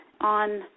on